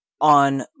on